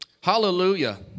hallelujah